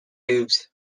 hooves